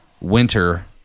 winter